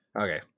Okay